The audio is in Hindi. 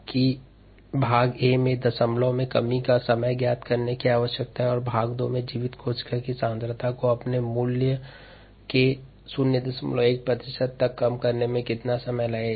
हमें भाग a में दशमलव में कमी का समय ज्ञात करने की आवश्यकता है और भाग b में जीवित कोशिका सांद्रता को अपने मूल मान के 01 प्रतिशत् तक कम करने में कितनासमय लगेगा